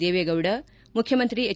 ದೇವೇಗೌಡ ಮುಖ್ಯಮಂತ್ರಿ ಎಚ್